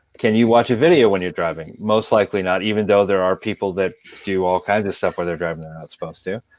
can you watch a video when you're driving? most likely not, even though there are people that do all kinds of stuff when they're driving they're not supposed to.